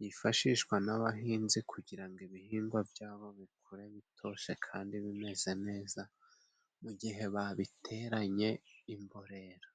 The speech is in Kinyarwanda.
yifashishwa n'abahinzi kugira ngo ibihingwa byabo bikure bitoshe kandi bimeze neza mu gihe babiteranye imborera.